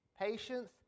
patience